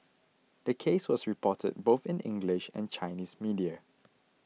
the case was reported both in the English and Chinese media